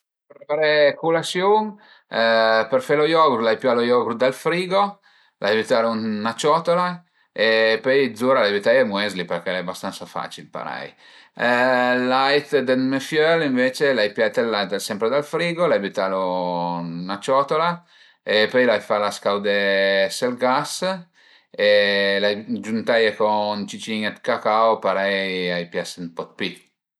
Për preparè culasiun, për fe lë yogurt l'ai pìa lë yogurt dal frigo, l'ai bütalu ën 'na ciotola e pöi zura l'ai bütaie ël muesli përché al e bastansa facil parei. Ël lait dë me fiöl ënvece l'ai pìà ël lait sempre dal frigo, l'ai bütalu ën 'na ciotula e pöi l'ai fala scaudé sël gas e l'ai giuntaie co ën cicinin dë cacao parei a i pias ën po dë pi